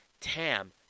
Tam